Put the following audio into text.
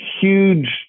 huge